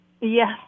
Yes